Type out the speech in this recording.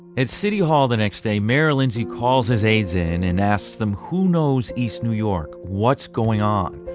at city hall the next day, mayor lindsay calls his aides in and asks them, who knows east new york? what's going on?